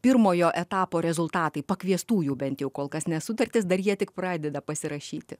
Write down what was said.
pirmojo etapo rezultatai pakviestųjų bent jau kol kas nes sutartis dar jie tik pradeda pasirašyti